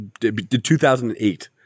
2008